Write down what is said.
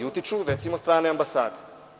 Utiču, recimo, strane ambasade.